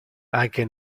anche